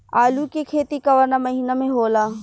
आलू के खेती कवना महीना में होला?